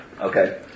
Okay